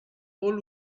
old